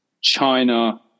China